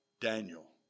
Daniel